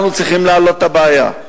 אנחנו צריכים להעלות את הבעיה,